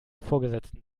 vorgesetzten